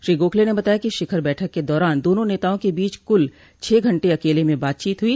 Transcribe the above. श्री गोखले ने बताया कि शिखर बैठक के दौरान दोनों नेताओं के बीच कूल छह घंटे अकेले में बातचीत हुई